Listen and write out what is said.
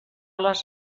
les